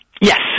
Yes